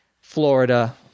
Florida